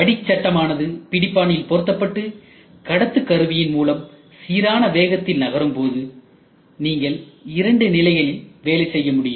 அடி சட்டமானது பிடிபானில் பொருத்தப்பட்டு கடத்துக்கருவியின் மூலம் சீரான வேகத்தில் நகரும் போது நீங்கள் இரண்டு நிலைகளில் வேலை செய்ய முடியும்